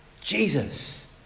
Jesus